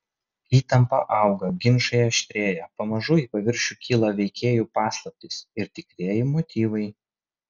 įtampa auga ginčai aštrėja pamažu į paviršių kyla veikėjų paslaptys ir tikrieji motyvai